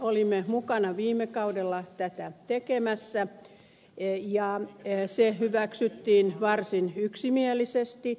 olimme mukana viime kaudella tätä tekemässä ja se hyväksyttiin varsin yksimielisesti